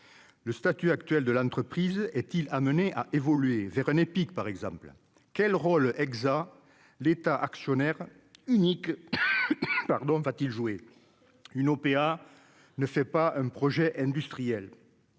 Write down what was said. le statut actuel de l'entreprise est-il amené à évoluer vers un épique par exemple quel rôle exact l'État actionnaire unique pardon va-t-il jouer une OPA ne fait pas un projet industriel,